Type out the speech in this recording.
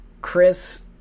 Chris